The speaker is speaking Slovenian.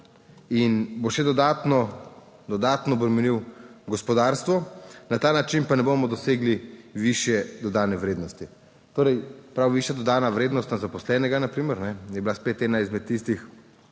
in bo še dodatno obremenil gospodarstvo, na ta način pa ne bomo dosegli višje dodane vrednosti. Torej prav višja dodana vrednost na zaposlenega na primer je bila spet ena izmed tistih